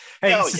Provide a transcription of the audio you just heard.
Hey